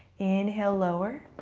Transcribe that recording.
inhale, lower.